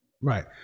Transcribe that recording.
Right